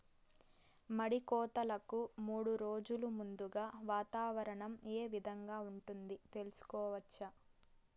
మడి కోతలకు మూడు రోజులు ముందుగా వాతావరణం ఏ విధంగా ఉంటుంది, తెలుసుకోవచ్చా?